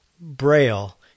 Braille